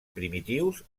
primitius